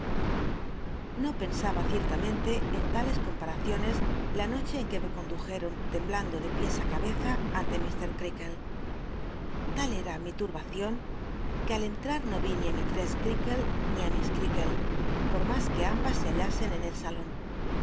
no pensaba ciertamen te en tales comparaciones la noche en que me condujeron temblando de piés cabeza ante illr creaklc tal era mi turbacion que al entrar no ni mistress crcakle ni i miss creakle por mas ijue ambas se hallasen en el salon